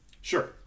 Sure